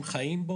הוא לא קיים.